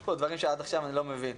יש פה דברים שעד עכשיו אני לא מבין.